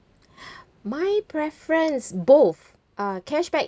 my preference both uh cashback